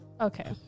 okay